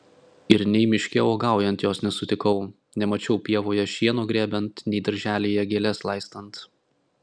ir nei miške uogaujant jos nesutikau nemačiau pievoje šieno grėbiant nei darželyje gėles laistant